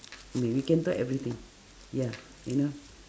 I mean we can talk everything ya you know